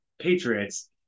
Patriots